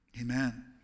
Amen